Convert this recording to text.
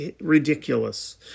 ridiculous